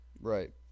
Right